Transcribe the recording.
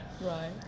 Right